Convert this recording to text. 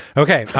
ok.